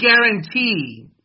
guarantee